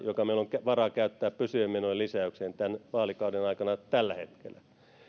joka meillä on varaa käyttää pysyvien menojen lisäykseen tämän vaalikauden aikana tällä hetkellä